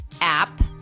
app